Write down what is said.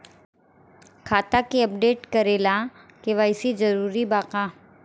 खाता के अपडेट करे ला के.वाइ.सी जरूरी बा का?